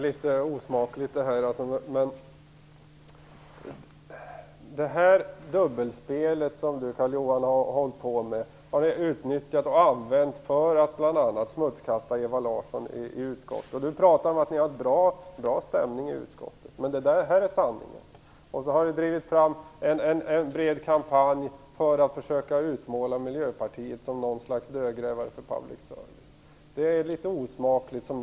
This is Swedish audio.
Herr talman! Carl-Johan Wilson har hållit på med ett dubbelspel och utnyttjat och använt det för att bl.a. smutskasta Ewa Larsson i utskottet. Carl-Johan Wilson sade att stämningen i utskottet är bra. Men det här är sanningen. Det har drivits en bred kampanj för att försöka utmåla Miljöpartiet som något slags dödgrävare när det gäller public service.